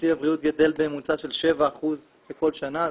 תקציב הבריאות גדל בממוצע של 7% בכל שנה.